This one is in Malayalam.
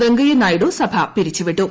വെങ്കയ്യ നായിഡു സഭ പിരിച്ചുവിട്ടു